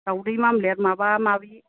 दावदै अमलेट माबा माबि